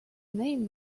name